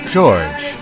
George